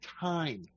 time